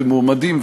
ומועמדים,